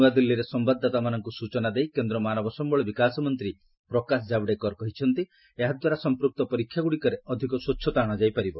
ନୂଆଦିଲ୍ଲୀରେ ସମ୍ଭାଦଦାତାମାନଙ୍କୁ ସୂଚନା ଦେଇ କେନ୍ଦ୍ର ମାନବ ସମ୍ଭଳ ବିକାଶ ମନ୍ତ୍ରୀ ପ୍ରକାଶ ଜାବଡେକର କହିଛନ୍ତି ଏହାଦ୍ୱାରା ସମ୍ପୂକ୍ତ ପରୀକ୍ଷାଗୁଡ଼ିକରେ ଅଧିକ ସ୍ୱଚ୍ଛତା ଅଣାଯାଇପାରିବ